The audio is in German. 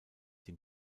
dem